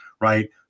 right